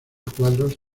cuadros